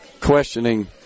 questioning